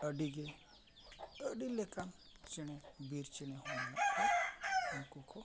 ᱟᱹᱰᱤ ᱜᱮ ᱟᱹᱰᱤ ᱞᱮᱠᱟᱱ ᱪᱮᱬᱮ ᱵᱤᱨ ᱪᱮᱬᱮ ᱦᱚᱸ ᱢᱮᱱᱟᱜ ᱠᱚ ᱩᱱᱠᱩ ᱠᱚ